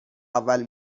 اول